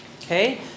Okay